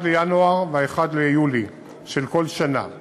ב-1 בינואר וב-1 ביולי של כל שנה,